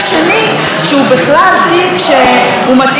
הוא בכלל תיק שמתאים לסרט,